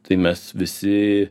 tai mes visi